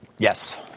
Yes